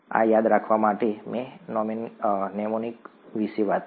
આ યાદ રાખવા માટે મેં નેમોનિક વિશે વાત કરી